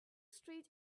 street